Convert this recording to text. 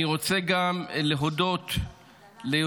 אני רוצה גם להודות --- דלל,